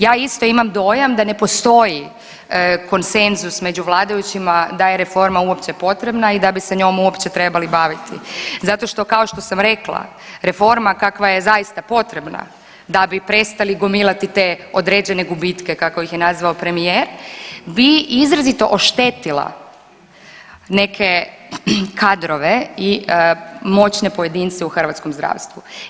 Ja isto imam dojam da ne postoji konsenzus među vladajućima da je reforma uopće potrebna i da bi se njom uopće trebali baviti zato što kao što sam rekla reforma kakva je zaista potrebna da bi prestali gomilati te određene gubitke kako ih je nazvao premijer bi izrazito oštetila neke kadrove i moćne pojedince u hrvatskom zdravstvu.